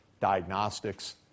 diagnostics